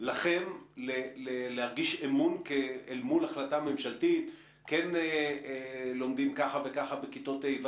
לכם להרגיש אמון אל מול החלטה ממשלתית כן לומדים ככה וככה בכיתות ה',